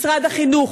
משרד החינוך,